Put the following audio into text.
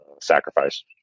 sacrifice